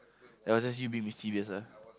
that was just you being mischievous ah